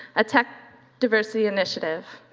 a tech diversity initiative.